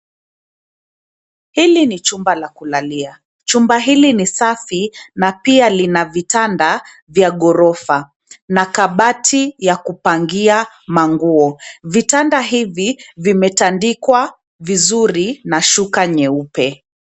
Hili ni chumba la kulalia. Chumba hili ni safi na pia lina vitanda vya ghorofa na kabati ya kupangia manguo. Vitanda hivi vimetandikwa vizuri na shuka nyeupe.